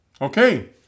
Okay